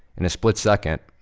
in a split second,